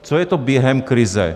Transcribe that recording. Co je to během krize?